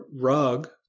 rug